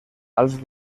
als